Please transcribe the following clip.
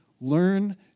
Learn